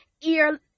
ear